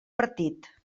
partit